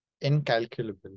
incalculable